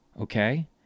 Okay